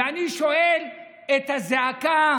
ואני שואל את הזעקה